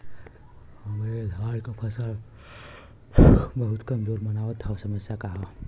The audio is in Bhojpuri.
हमरे धान क फसल बहुत कमजोर मनावत ह समस्या का ह?